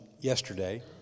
yesterday